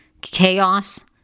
chaos